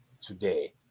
today